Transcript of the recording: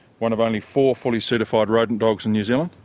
one of only four fully certified rodent dogs in new zealand,